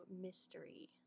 mystery